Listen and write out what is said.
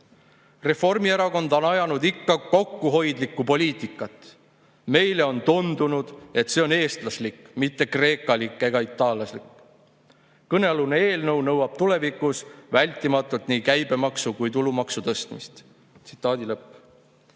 Reformierakond on ajanud ikka kokkuhoidlikku poliitikat. Meile on tundunud, et see on eestlaslik, mitte kreekalik ega itaallaslik. Kõnealune eelnõu nõuab tulevikus vältimatult nii käibemaksu kui ka tulumaksu tõstmist."Nüüd selgub,